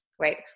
right